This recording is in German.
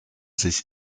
sich